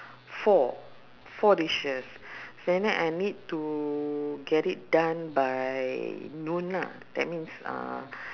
four four dishes and then I need to get it done by noon ah that means uh